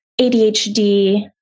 ADHD